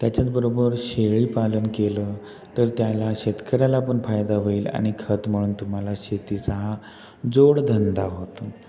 त्याच्याच बरोबर शेळीपालन केलं तर त्याला शेतकऱ्याला पण फायदा होईल आण खत म्हणून तुम्हाला शेतीचा हा जोडधंदा होतो